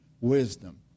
wisdom